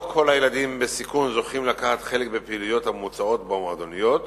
לא כל הילדים בסיכון זוכים לקחת חלק בפעילויות המוצעות ובמועדוניות,